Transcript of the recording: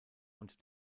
und